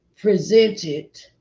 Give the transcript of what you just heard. presented